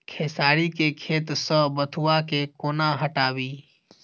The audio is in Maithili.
खेसारी केँ खेत सऽ बथुआ केँ कोना हटाबी